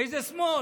איזה שמאל?